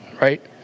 right